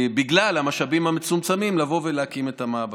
בגלל המשאבים המצומצמים, להקים את המעבדה.